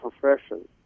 profession